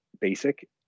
basic